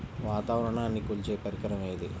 వాతావరణాన్ని కొలిచే పరికరం ఏది?